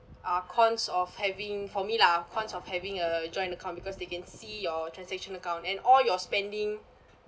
uh cons of having for me lah cons of having a joint account because they can see your transaction account and all your spending